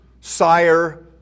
sire